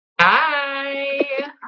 Hi